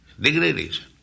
Degradation